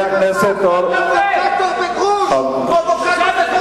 אסור לשר החינוך לעמוד מהצד.